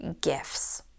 gifts